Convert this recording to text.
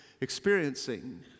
experiencing